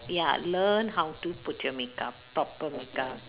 ya learn how to put your makeup proper makeup